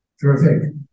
terrific